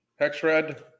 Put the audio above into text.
HexRed